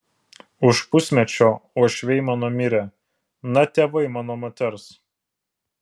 už pusmečio uošviai mano mirė na tėvai mano moters